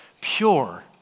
Pure